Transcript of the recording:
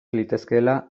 litezkeela